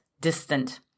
distant